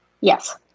Yes